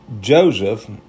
Joseph